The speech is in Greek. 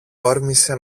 όρμησε